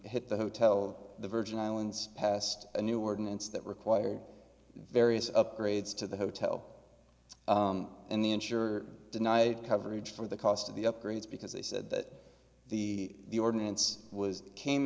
hit the hotel the virgin islands passed a new ordinance that required various upgrades to the hotel and the insurer denied coverage for the cost of the upgrades because they said that the the ordinance was came